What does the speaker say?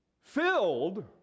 filled